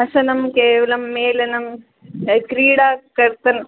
हसनं केवलं मेलनं क्रीडा कर्तन्